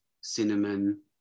Cinnamon